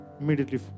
immediately